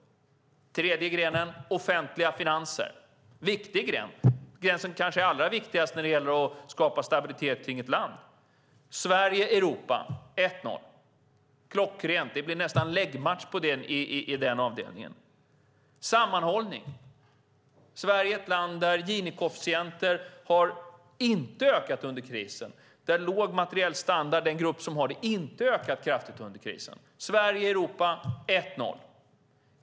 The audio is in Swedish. Den tredje grenen är offentliga finanser. Det är en viktig gren, kanske den gren som är allra viktigast när det gäller att skapa stabilitet kring ett land. Sverige-Europa: 1-0. Det är klockrent - det blir nästan läggmatch i den avdelningen. Sammanhållning: Sverige är ett land där Gini-koefficienten inte har ökat under krisen och där den grupp som har låg materiell standard inte har ökat kraftigt under krisen. Sverige-Europa: 1-0.